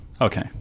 Okay